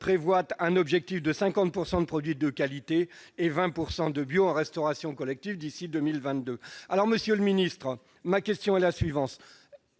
prévu un objectif de 50 % de produits de qualité et de 20 % de bio en restauration collective d'ici à 2022. Monsieur le ministre, ma question est la suivante